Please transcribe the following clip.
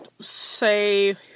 say